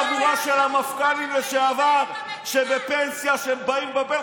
לא מהחבורה של המפכ"לים לשעבר שבפנסיה ובאים לבלבל